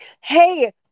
Hey